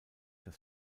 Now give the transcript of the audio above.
das